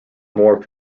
more